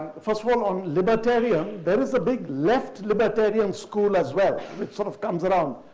but first of all, on libertarian, there is a big left libertarian school as well, which sort of comes around,